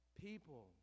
People